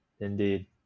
indeed